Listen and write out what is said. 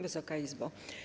Wysoka Izbo!